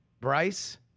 Bryce